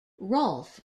rolfe